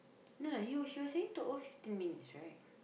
no no he was she was saying total fifteen minutes right